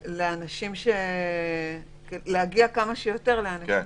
נדרש להגיע לכמה שיותר אנשים,